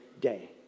day